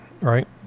right